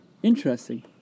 interesting